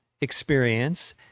experience